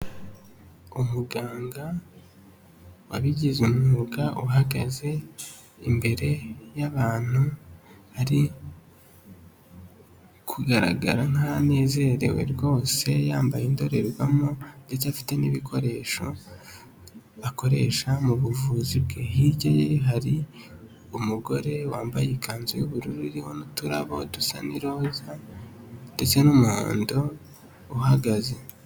Umuganga wabigize umwuga uhagaze imbere y'abantu ari kugaragara nk'aho anezerewe rwose yambaye indorerwamo ndetse afite n'ibikoresho akoresha mu buvuzi bwe, hirya ye hari umugore wambaye ikanzu y'ubururu iriho n'uturabo dusa n'iroza ndetse n'umuhondo uhagaze.